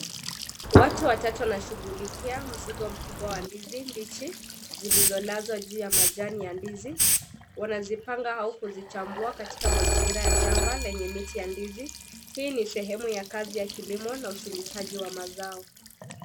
Watu watatu wanashughulikia mzigo mkubwa wa ndizi mbichi zilizolazwa juu ya majani ya ndizi. Wanazipanga au kuzichambua katika mazingira ya shamba ya ndizi au miti ya ndizi. Hii ni sehemu ya kazi ya kilimo na utundikaji wa mazao.